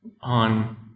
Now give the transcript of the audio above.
on